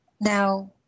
Now